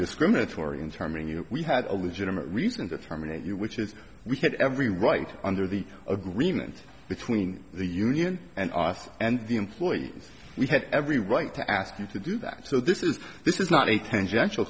discriminatory in terming you know we had a legitimate reason to terminate you which is we had every right under the agreement between the union and and the employees we had every right to ask you to do that so this is this is not a tangential